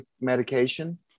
medication